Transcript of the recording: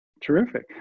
Terrific